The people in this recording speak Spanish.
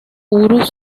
podrían